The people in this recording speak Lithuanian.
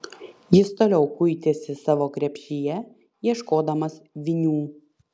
jis toliau kuitėsi savo krepšyje ieškodamas vinių